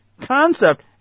concept